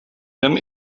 them